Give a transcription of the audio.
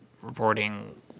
reporting